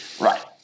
Right